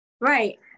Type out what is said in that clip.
Right